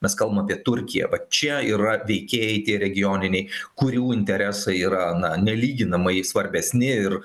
mes kalbam apie turkiją va čia yra veikėjai tie regioniniai kurių interesai yra na nelyginamai svarbesni ir